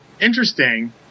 interesting